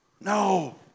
No